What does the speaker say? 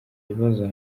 bibazo